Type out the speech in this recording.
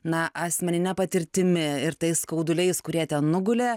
na asmenine patirtimi ir tais skauduliais kurie ten nugulė